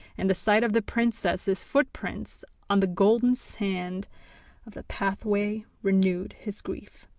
and the sight of the princess's footprints on the golden sand of the pathway renewed his grief.